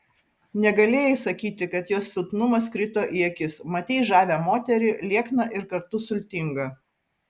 negalėjai sakyti kad jos silpnumas krito į akis matei žavią moterį liekną ir kartu sultingą